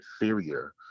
inferior